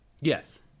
yes